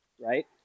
Right